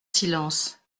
silence